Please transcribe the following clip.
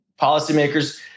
policymakers